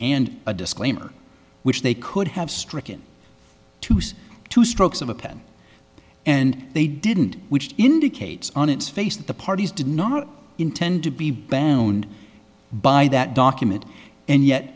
and a disclaimer which they could have stricken to use two strokes of a pen and they didn't which indicates on its face that the parties did not intend to be banned by that document and yet